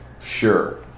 sure